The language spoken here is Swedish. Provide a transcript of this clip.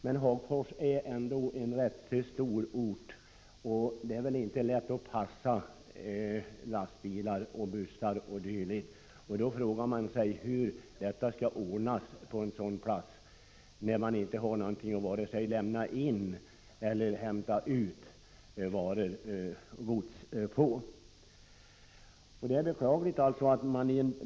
Men Hagfors är ändå en rätt stor ort, och det är väl inte så lätt att passa lastbilar, bussar o.d. Man frågar sig hur godshanteringen skall kunna ordnas på en sådan plats, när det inte finns något ställe att lämna in eller hämta ut gods på. Det är beklagligt om godsmagasinet i Hagfors läggs ned.